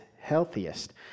healthiest